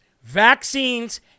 vaccines